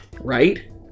right